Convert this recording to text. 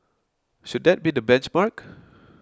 should that be the benchmark